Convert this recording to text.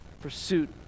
pursuit